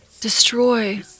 Destroy